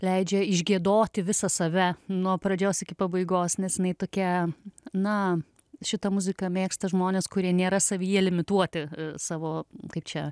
leidžia išgiedoti visą save nuo pradžios iki pabaigos nes jinai tokia na šitą muziką mėgsta žmonės kurie nėra savyje limituoti savo kaip čia